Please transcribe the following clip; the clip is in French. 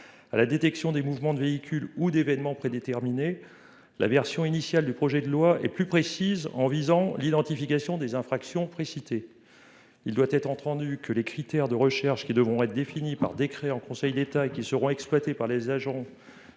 à la détection des mouvements de véhicules ou d'événements prédéterminés, la version initiale du projet de loi est plus précise, puisqu'elle vise « l'identification des infractions précitées ». Il doit être entendu que les critères de recherche qui seront définis par décret en Conseil d'État et qui seront exploités par les agents